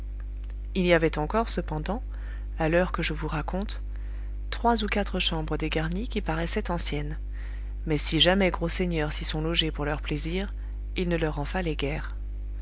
il y avait encore cependant à l'heure que je vous raconte trois ou quatre chambres dégarnies qui paraissaient anciennes mais si jamais gros seigneurs s'y sont logés pour leur plaisir il ne leur en fallait guère